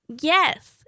Yes